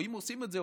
או, אם עושים את זה,